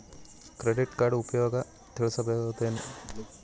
Credit card ಉಪಯೋಗ ತಿಳಸಬಹುದೇನು?